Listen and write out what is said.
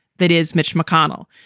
that is mitch mcconnell.